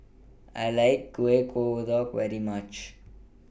I like Kueh Kodok very much